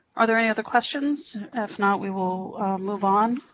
are there any other questions? if not, we will move on.